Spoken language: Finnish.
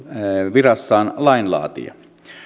virassaan lainlaatija